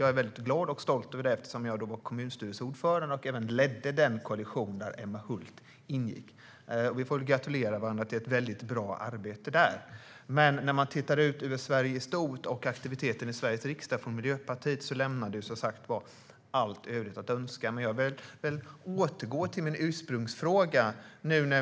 Jag är glad och stolt över det, eftersom jag då var kommunstyrelsens ordförande och även ledde den koalition som Emma Hult ingick i. Vi får gratulera varandra till ett bra arbete där. Men när man tittar ut över Sverige i stort och ser på aktiviteter i Sveriges riksdag från Miljöpartiets sida lämnar det allt övrigt att önska. Jag vill återgå till min ursprungsfråga.